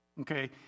okay